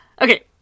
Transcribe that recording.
Okay